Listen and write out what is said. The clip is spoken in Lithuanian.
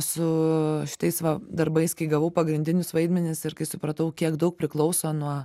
su šitais va darbais kai gavau pagrindinius vaidmenis ir kai supratau kiek daug priklauso nuo